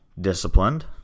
disciplined